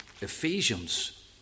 Ephesians